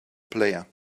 player